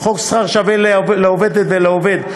56. חוק שכר שווה לעובדת ולעובד,